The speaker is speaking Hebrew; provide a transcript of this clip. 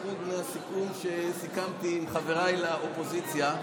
לחרוג מהסיכום שסיכמתי עם חבריי לאופוזיציה,